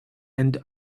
and